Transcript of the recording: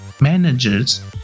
managers